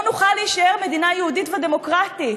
לא נוכל להישאר מדינה יהודית ודמוקרטית,